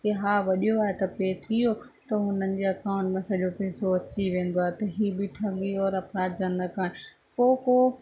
की हा वॼियो आहे त पे थी वियो त हुननि जे अकाउंट में सॼो पैसो अची वेंदो आहे त हीअ बि ठगी औरि अपराध जनक आहे को को